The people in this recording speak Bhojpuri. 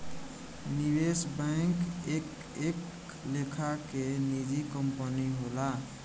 निवेश बैंक एक एक लेखा के निजी कंपनी होला